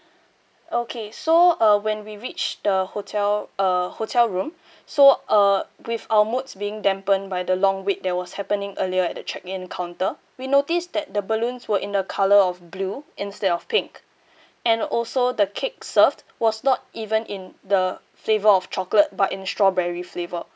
okay so uh when we reached the hotel uh hotel room so uh with our moods being dampened by the long wait that was happening earlier at the check in counter we noticed that the balloons were in the colour of blue instead of pink and also the cakes served was not even in the flavour of chocolate but in strawberry flavour